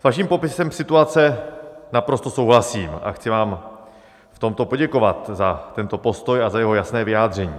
S vaším popisem situace naprosto souhlasím a chci vám v tomto poděkovat za tento postoj a za jeho jasné vyjádření.